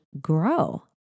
grow